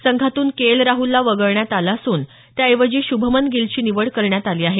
संघातून K L राहूलला वगळण्यात आलं असून त्या ऐवजी श्भमन गिलची निवड करण्यात आली आहे